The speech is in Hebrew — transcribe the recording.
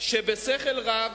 שבשכל רב,